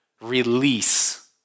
release